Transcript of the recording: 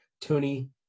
Tony